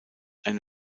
eine